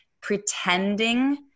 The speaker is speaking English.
pretending